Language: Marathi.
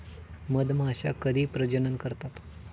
मधमाश्या कधी प्रजनन करतात?